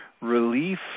relief